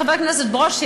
חבר הכנסת ברושי,